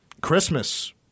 Christmas